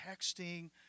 texting